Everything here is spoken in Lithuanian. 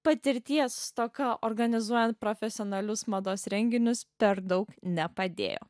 patirties stoka organizuojant profesionalius mados renginius per daug nepadėjo